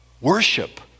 Worship